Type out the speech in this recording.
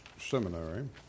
Seminary